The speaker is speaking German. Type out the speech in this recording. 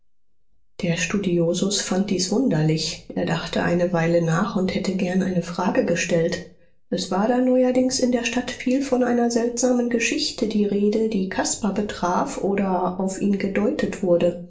der studiosus fand dies wunderlich er dachte eine weile nach und hätte gern eine frage gestellt es war da neuerdings in der stadt viel von einer seltsamen geschichte die rede die caspar betraf oder auf ihn gedeutet wurde